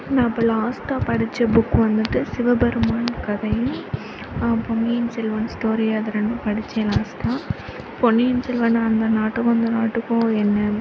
நான் இப்போ லாஸ்ட்டாக படிச்ச புக் வந்துவிட்டு சிவபெருமான் கதை பொன்னியின் செல்வன் ஸ்டோரி அது ரெண்டும் படிச்சேன் லாஸ்ட்டாக பொன்னியின் செல்வன் அந்த நாட்டுக்கும் இந்த நாட்டுக்கும் என்ன